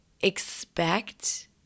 expect